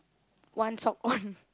one sock on